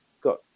got